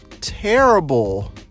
terrible